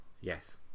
yes